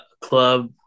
club